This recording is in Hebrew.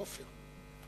כופר.